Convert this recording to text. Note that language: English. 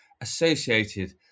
associated